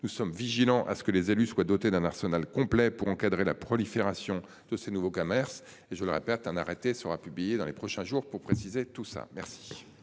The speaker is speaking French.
Nous sommes vigilants à ce que les élus soient dotés d'un arsenal complet pour encadrer la prolifération de ces nouveaux commerces et je le répète, un arrêté sera publié dans les prochains jours pour préciser tout cela. Merci,